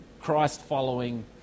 Christ-following